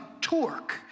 torque